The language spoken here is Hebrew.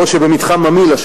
בעוד שבמתחם ממילא,